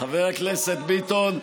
חבר הכנסת ביטון,